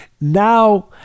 Now